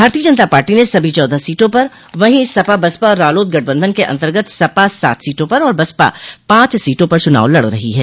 भारतीय जनता पार्टी ने सभी चौदह सीटों पर वहीं सपा बसपा और रालोद गठबन्धन के अन्तर्गत सपा सात सीटों पर और बसपा पाँच सीटों पर चूनाव लड़ रही है